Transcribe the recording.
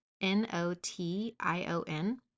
N-O-T-I-O-N